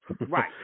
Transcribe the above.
Right